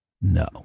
no